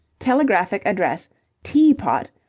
telegraphic address tea-pot,